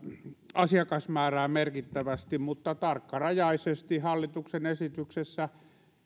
asiakasmäärää merkittävästi mutta tarkkarajaisesti hallituksen esityksessä